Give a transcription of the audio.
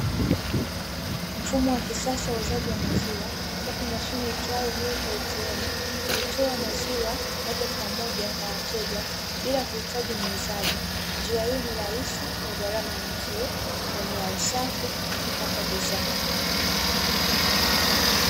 Mfumo wa kisasa wa uuzaji wa maziwa, ambapo mashine iitwayo "milk ATM" hutoa maziwa moja kwa moja kwa wateja bila kuhitaji muuzaji. Njia hii ni rahisi ya gharama nafuu na ni ya usafi kupata bidhaa.